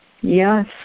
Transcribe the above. Yes